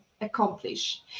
accomplish